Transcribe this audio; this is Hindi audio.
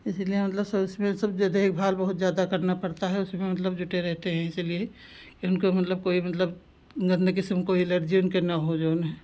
इसीलिए मतलब सब उसमें सब जो देखभाल बहुत ज़्यादा करना पड़ता है उसमें मतलब जुटे रहते हैं इसीलिए कि उनको मतलब कोई मतलब गंदगी से उनको एलर्जी उनके ना हो जऊन है